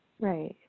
Right